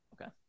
Okay